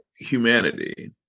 humanity